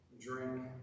drink